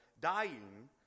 dying